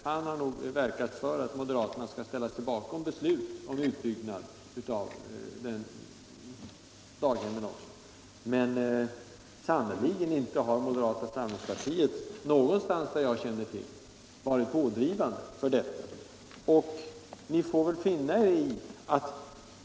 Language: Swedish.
Han har nog verkat för att moderaterna skulle ställa sig bakom beslut om utbyggnad av daghemmen. Men ingenstans har moderata samlingspartiet —- vad jag känner till — varit pådrivande för daghem.